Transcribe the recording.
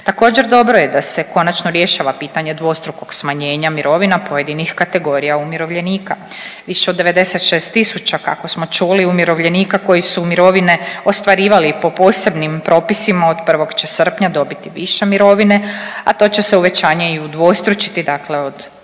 Također, dobro je da se konačno rješava pitanje dvostrukog smanjenja mirovina pojedinih kategorija umirovljenike. Više od 96000 kako smo čuli umirovljenika koji su mirovine ostvarivali po posebnim propisima od prvog će srpnja dobiti više mirovine, a to će se uvećanje i udvostručiti, dakle od 1.